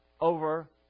over